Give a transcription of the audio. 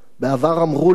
בעבר אמרו לנו: